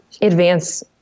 advance